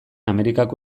amerikako